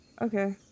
Okay